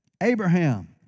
Abraham